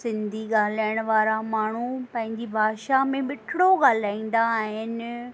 सिंधी ॻाल्हाइण वारा माण्हू पंहिंजी भाषा में मिठिड़ो ॻाल्हाईंदा आहिनि